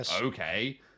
okay